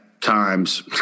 times